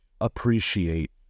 appreciate